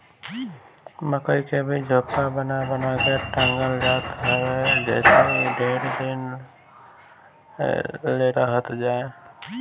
मकई के भी झोपा बना बना के टांगल जात ह जेसे इ ढेर दिन ले रहत जाए